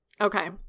Okay